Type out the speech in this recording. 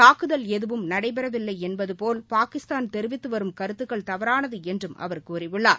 தாக்குதல் எதுவும் நடைபெறவில்லை என்பதுபோல் பாகிஸ்தான் தெரிவித்து வரும் கருத்துக்கள் தவறானது என்றும் அவர் கூறியுள்ளார்